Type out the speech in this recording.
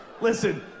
Listen